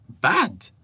bad